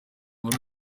nkuru